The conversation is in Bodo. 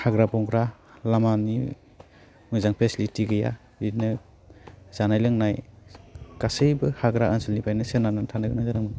हाग्रा बंग्रा लामानि मोजां पिसिलिटि गैया बिदिनो जानाय लोंनाय गासैबो हाग्रा ओनसोलनिफ्रायनो सोनारना थानो गोनां जादोंमोन